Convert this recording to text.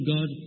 God